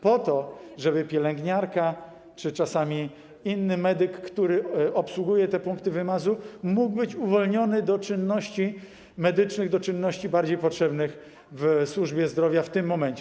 Po to, żeby pielęgniarki czy czasami inni medycy, którzy obsługują te punkty wymazów, mogli być uwolnieni do czynności medycznych, do czynności bardziej potrzebnych w służbie zdrowia w tym momencie.